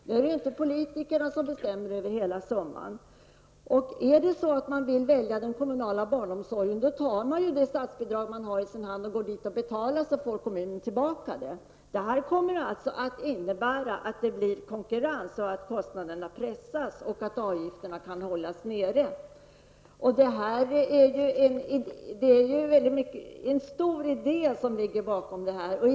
Det är inte längre politikerna som bestämmer över hela summan. Vill man välja den kommunala barnomsorgen, tar man det statsbidrag man har i sin hand och betalar för sin barnomsorg. Vårdnadsersättningen innebär att det blir konkurrens och att kostnaderna pressas, så att avgifterna kan hållas nere. Det är alltså en stor idé som ligger bakom detta förslag.